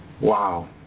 Wow